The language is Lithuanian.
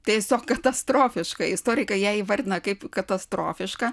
tiesiog katastrofiška istorikai ją įvardina kaip katastrofišką